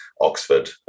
Oxford